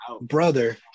brother